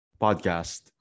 podcast